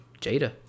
Jada